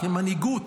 כמנהיגות,